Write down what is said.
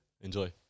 Enjoy